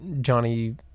Johnny